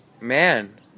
Man